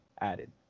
added